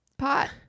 pot